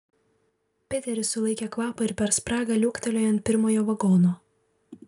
piteris sulaikė kvapą ir per spragą liuoktelėjo ant pirmojo vagono